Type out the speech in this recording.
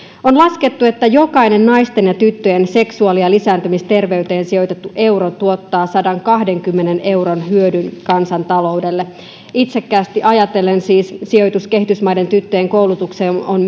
on laskettu että jokainen naisten ja tyttöjen seksuaali ja lisääntymisterveyteen sijoitettu euro tuottaa sadankahdenkymmenen euron hyödyn kansantaloudelle itsekkäästi ajatellen siis sijoitus kehitysmaiden tyttöjen koulutukseen on